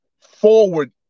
forward